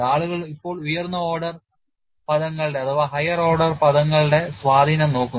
ആളുകൾ ഇപ്പോൾ ഉയർന്ന ഓർഡർ പദങ്ങളുടെ സ്വാധീനം നോക്കുന്നു